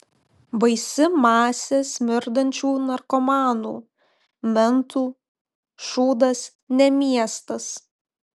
baisi masė smirdančių narkomanų mentų šūdas ne miestas